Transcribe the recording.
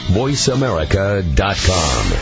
voiceamerica.com